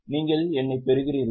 நீங்கள் என்னைப் பெறுகிறீர்களா